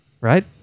right